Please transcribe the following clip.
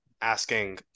asking